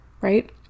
right